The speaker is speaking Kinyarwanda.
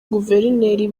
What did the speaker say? guverineri